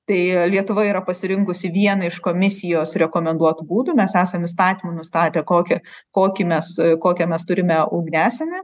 tai lietuva yra pasirinkusi vieną iš komisijos rekomenduotų būdų mes esam įstatymu nustatę kokią kokį mes kokią mes turime ugniasienę